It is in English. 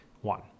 one